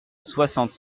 soixante